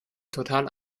total